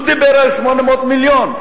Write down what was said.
הוא דיבר על 800 מיליון.